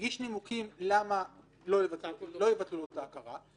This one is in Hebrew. הגיש נימוקים למה לא לבטל לו את ההכרה,